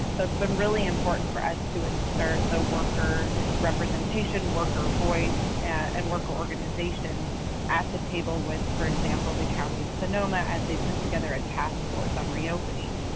so it's been really important for us to insert the worker representation, worker voice and worker organization at the table with, for example, the county of sonoma, as they put together a task force on reopening.